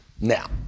Now